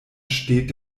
steht